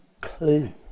clue